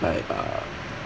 like uh